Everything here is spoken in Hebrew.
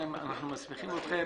אנחנו מסמיכים אתכם.